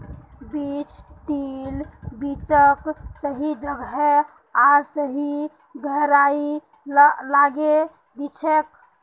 बीज ड्रिल बीजक सही जगह आर सही गहराईत लगैं दिछेक